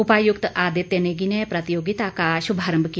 उपायुक्त आदित्य नेगी ने प्रतियोगिता का शुभारंभ किया